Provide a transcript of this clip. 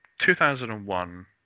2001